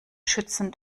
schützen